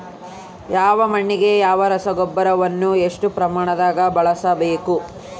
ಯಾವ ಮಣ್ಣಿಗೆ ಯಾವ ರಸಗೊಬ್ಬರವನ್ನು ಎಷ್ಟು ಪ್ರಮಾಣದಾಗ ಬಳಸ್ಬೇಕು?